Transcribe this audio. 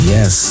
Yes